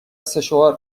سشوار